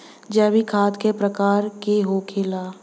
जैविक खाद का प्रकार के होखे ला?